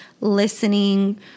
listening